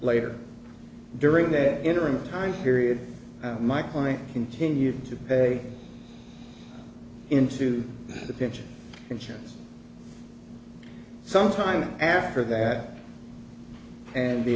later during that interim period my client continued to pay into the pension insurance sometime after that and the